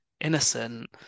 innocent